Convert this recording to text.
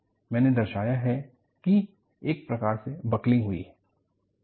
मैंने दर्शाया है कि एक प्रकार से बकलिंग हुई है